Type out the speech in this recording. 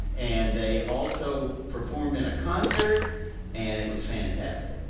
and they also performed in a concert and it was fantastic,